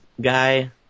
guy